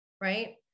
Right